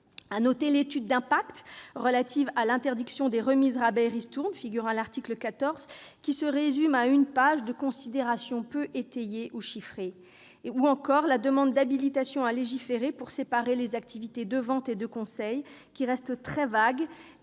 L'étude d'impact relative à l'interdiction des remises, rabais et ristournes figurant à l'article 14 se résume à une page de considérations peu étayées ou chiffrées. De même, la demande d'habilitation à légiférer pour séparer les activités de vente et de conseil est très vague,